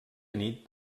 nit